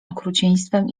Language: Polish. okrucieństwem